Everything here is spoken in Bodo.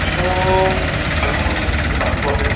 बेखौ अनलाइन सेस्टेम बानायथ'आखै